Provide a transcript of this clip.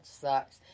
sucks